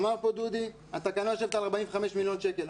אמר פה דודי: התקנה יושבת על 45 מיליון שקלים.